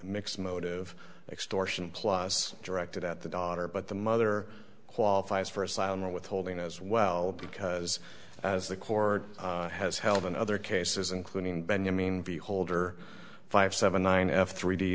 mixed motive extortion plus directed at the daughter but the mother qualifies for asylum or withholding as well because as the court has held in other cases including benyamin beholder five seven nine f three d